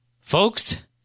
Folks